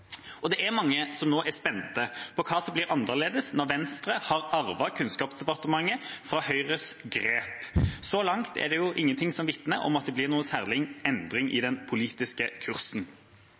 Det er mange som nå er spente på hva som blir annerledes når Venstre har arvet Kunnskapsdepartementet fra Høyres grep. Så langt er det ingenting som vitner om at det blir noen særlig endring i den politiske kursen.